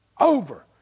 over